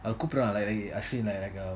கூப்டுறான்ல அஸ்வின்:kupduranla ashwin